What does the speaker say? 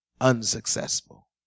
unsuccessful